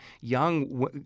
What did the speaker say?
young